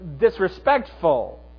disrespectful